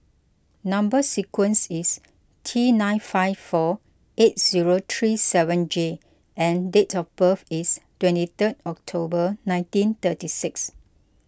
Number Sequence is T nine five four eight zero three seven J and date of birth is twenty third October nineteen thirty six